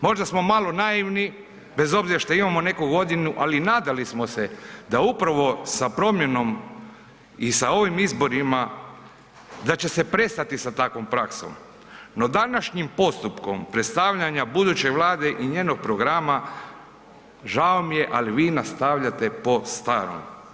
Možda smo malo naivni, bez obzira što imamo neku godinu ali nadali smo se da upravo sa promjenom i sa ovim izborima, da će se prestati sa takvom praksom no današnjim postupkom predstavljanja buduće Vlade i njenog programa, žao mi je ali vi nastavljate po starom.